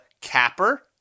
capper